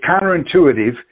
counterintuitive